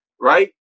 right